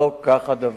לא כך הדבר.